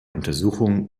untersuchung